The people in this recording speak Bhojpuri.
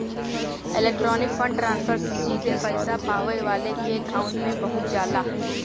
इलेक्ट्रॉनिक फण्ड ट्रांसफर से सीधे पइसा पावे वाले के अकांउट में पहुंच जाला